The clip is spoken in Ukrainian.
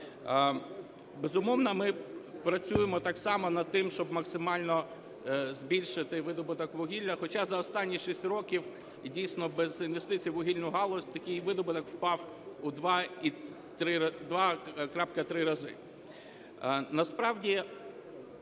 Безумовно, ми працюємо так само над тим, щоб максимально збільшити видобуток вугілля. Хоча за останні 6 років дійсно без інвестицій у вугільну галузь такий видобуток впав у 2. (крапка) 3 рази. Насправді,